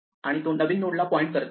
आता तो नवीन नोड ला पॉईंट करत आहे